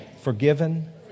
forgiven